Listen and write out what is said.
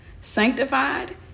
sanctified